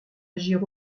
agir